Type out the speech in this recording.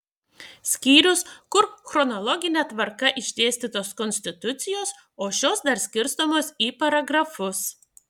skyrius kur chronologine tvarka išdėstytos konstitucijos o šios dar skirstomos į paragrafus